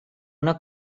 una